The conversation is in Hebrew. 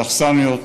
לאכסניות,